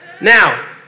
Now